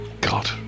God